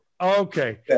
Okay